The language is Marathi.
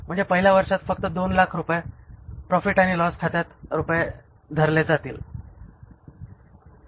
म्हणजे पहिल्या वर्षात फक्त 200000 रुपये प्रॉफिट आणि लॉस खात्यात रुपये धरले जातील